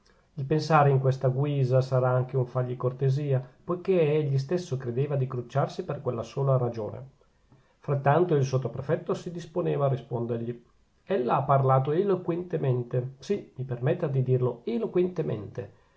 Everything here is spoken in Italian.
il pensare in questa guisa sarà anche un fargli cortesia poichè egli stesso credeva di crucciarsi per quella sola ragione frattanto il sottoprefetto si disponeva a rispondergli ella ha parlato eloquentemente sì mi permetta di dirlo